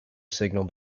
signal